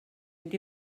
mynd